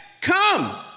come